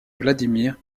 vladimir